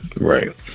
Right